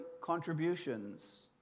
contributions